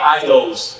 idols